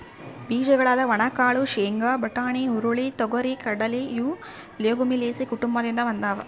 ಬೀಜಗಳಾದ ಒಣಕಾಳು ಶೇಂಗಾ, ಬಟಾಣಿ, ಹುರುಳಿ, ತೊಗರಿ,, ಕಡಲೆ ಇವು ಲೆಗುಮಿಲೇಸಿ ಕುಟುಂಬದಿಂದ ಬಂದಾವ